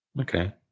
Okay